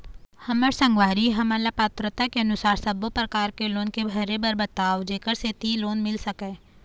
हमर संगवारी हमन ला पात्रता के अनुसार सब्बो प्रकार के लोन के भरे बर बताव जेकर सेंथी लोन मिल सकाए?